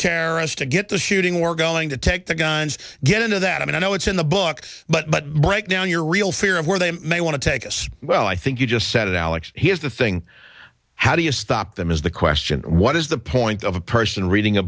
charis to get the shooting we're going to take the guns get into that i mean i know it's in the book but break down your real fear of where they may want to take us well i think you just said alex here's the thing how do you stop them is the question what is the point of a person reading a